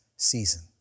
season